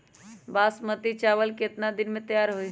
बासमती चावल केतना दिन में तयार होई?